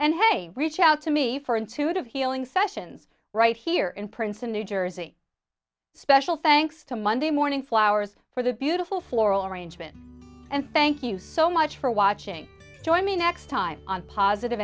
and they reach out to me for intuitive healing sessions right here in princeton new jersey special thanks to monday morning flowers for the beautiful floral arrangement and thank you so much for watching join me next time on positive